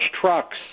trucks